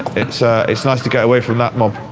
it's ah it's nice to get away from that mob.